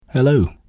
Hello